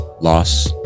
loss